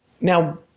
Now